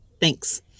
Thanks